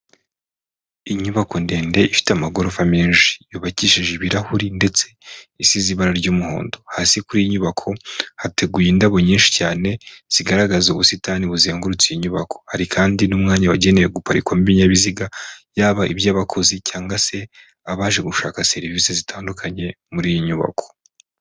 Inyubako ndende ifite amagorofa menshi, yubakishije ibirahuri ndetse isize ibara ry'umuhondo, hasi kuri iyi nyubako hateguye indabo nyinshi cyane zigaragaza ubusitani buzengurutse iyi nyubako, hari kandi n'umwanya wagenewe guparikwamo ibibinyabiziga, yaba iby'abakozi cyangwa se abaje gushaka serivisi zitandukanye muri iyi nyubako.